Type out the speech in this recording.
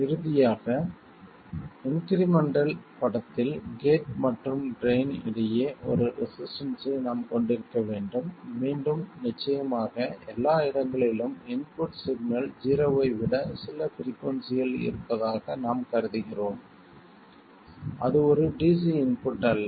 இறுதியாக இன்க்ரிமெண்டல் படத்தில் கேட் மற்றும் ட்ரைன் இடையே ஒரு ரெசிஸ்டன்ஸ்ஸை நாம் கொண்டிருக்க வேண்டும் மீண்டும் நிச்சயமாக எல்லா இடங்களிலும் இன்புட் சிக்னல் ஜீரோவை விட சில பிரிக்குயென்சியில் இருப்பதாக நாம் கருதுகிறோம் அது ஒரு டிசி இன்புட் அல்ல